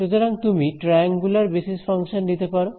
সুতরাং তুমি triangular basis function নিতে পারো